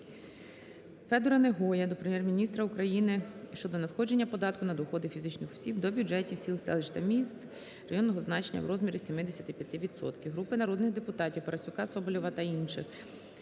Федора Негоя до Прем'єр-міністра України щодо надходження податку на доходи фізичних осіб до бюджетів сіл, селищ та міст районного значення в розмірі 75 відсотків. групи народних депутатів (Парасюка, Соболєва та інших;